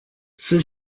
sunt